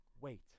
wait